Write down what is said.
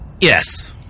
Yes